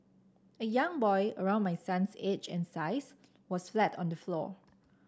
a young boy around my son's age and size was flat on the floor